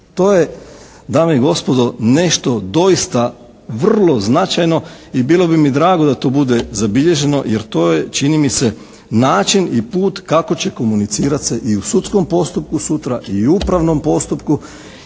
To je dame i gospodo nešto doista vrlo značajno i bilo bi mi drago da to bude zabilježeno jer to je čini mi se način i put kako će komunicirat se i u sudskom postupku sutra i u upravnom postupku